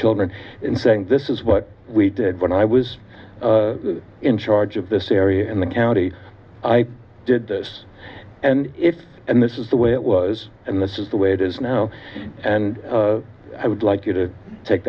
children in saying this is what we did when i was in charge of this area in the county i did this and it and this is the way it was and this is the way it is now and i would like you to take